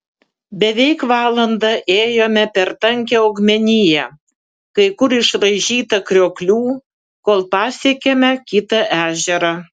beveik valandą ėjome per tankią augmeniją kai kur išraižytą krioklių kol pasiekėme kitą ežerą